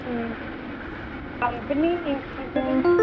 company company